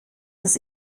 das